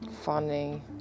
Funny